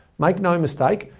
make no mistake